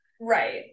Right